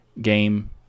game